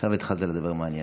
עכשיו התחלת לדבר מעניין.